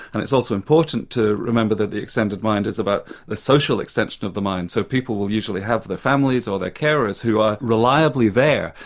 and it's also important to remember that the extended mind is about the social extension of the mind. so people will usually have their families, or their carers who are reliably there,